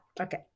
Okay